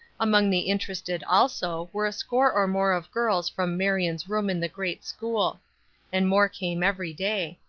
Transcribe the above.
among the interested also were a score or more of girls from marion's room in the great school and more came every day.